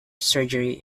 surgery